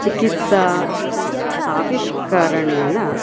चिकित्सा आविष्करणेन